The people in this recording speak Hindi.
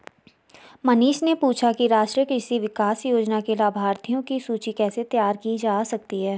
मनीष ने पूछा कि राष्ट्रीय कृषि विकास योजना के लाभाथियों की सूची कैसे तैयार की जा सकती है